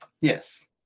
yes